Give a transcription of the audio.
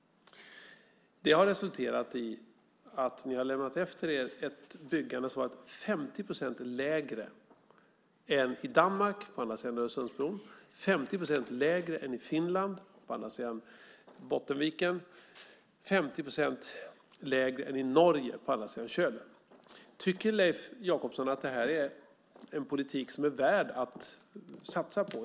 Det resulterade i att de lämnade efter sig ett byggande som var 50 procent lägre än i Danmark på andra sidan Öresundsbron, 50 procent lägre än i Finland på andra sidan Bottenviken och 50 procent lägre än i Norge på andra sidan Kölen. Tycker Leif Jakobsson att det är en politik värd att satsa på?